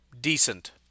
decent